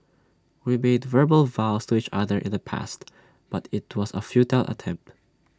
we made verbal vows to each other in the past but IT was A futile attempt